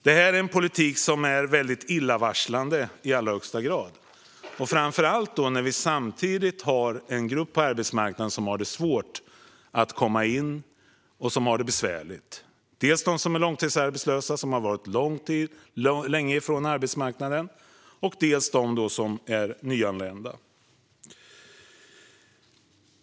Det här är en politik som är väldigt illavarslande, framför allt när vi samtidigt har en grupp på arbetsmarknaden som har det svårt att komma in. Det handlar dels om arbetslösa som varit borta från arbetsmarknaden en lång tid, dels om nyanlända.